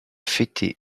fêté